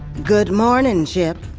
good morning, chip!